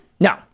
No